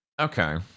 Okay